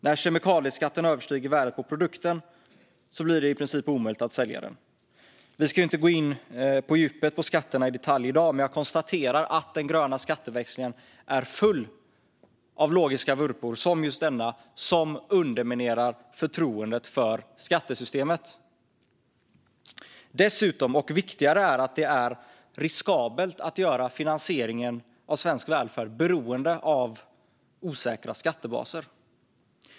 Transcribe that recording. När kemikalieskatten överstiger värdet på produkten blir det i princip omöjligt att sälja den." Vi ska inte gå in på skatterna i detalj i dag, men jag konstaterar att den gröna skatteväxlingen är full av logiska vurpor, som just denna, som underminerar förtroendet för skattesystemet. Dessutom och viktigare är att det är riskabelt att göra finansieringen av svensk välfärd beroende av osäkra skattebaser.